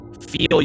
feel